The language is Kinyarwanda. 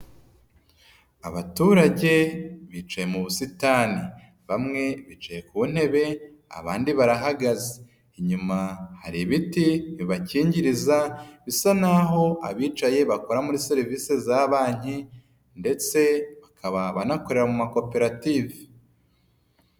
Abaturage bicaye mu busitani, bamwe bicaye ku ntebe abandi barahagaze, inyuma hari ibiti bibakingiriza, bisa naho abicaye bakora muri serivisi za banki, ndetse bakaba banakorera mu makoperative.